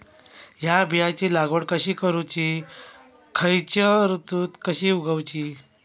हया बियाची लागवड कशी करूची खैयच्य ऋतुत कशी उगउची?